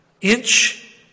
inch